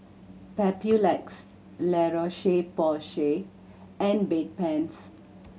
Papulex La Roche Porsay and Bedpans